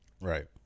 Right